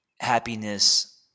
happiness